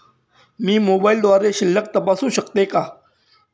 मी मोबाइलद्वारे शिल्लक तपासू शकते का?